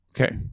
Okay